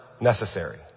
necessary